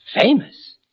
Famous